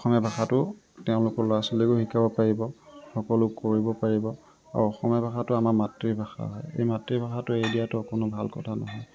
অসমীয়া ভাষাটো তেওঁলোকৰ ল'ৰা ছোৱালীকো শিকাব পাৰিব সকলো কৰিব পাৰিব আৰু অসমীয়া ভাষাটো আমাৰ মাতৃভাষা এই মাতৃভাষাটো এৰি দিয়াতো কোনো ভাল কথা নহয়